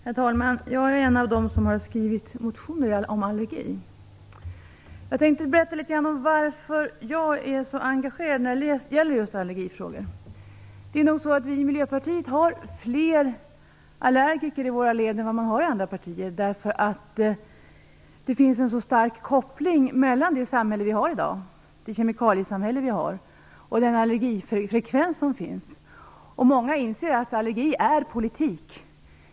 Herr talman! Jag är en av dem som har skrivit motioner om allergi. Jag tänkte berätta litet grand om varför jag är så engagerad i allergifrågor. I Miljöpartiet har vi flera allergiker i våra led än vad man har i andra partier, eftersom det finns en så stark koppling mellan det samhälle vi har i dag - kemikaliesamhället - och allergifrekvensen. Många inser att allergi är politik.